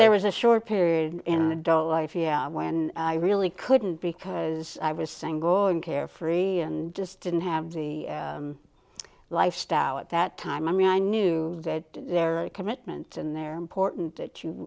there was a short period in adult life yeah when i really couldn't because i was single and carefree and just didn't have the lifestyle at that time i mean i knew they had their commitment and they're important that you